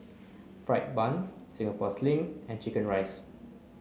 Fried Bun Singapore Sling and Chicken Rice